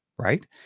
right